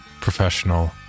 professional